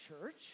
church